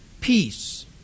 Peace